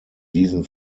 diesen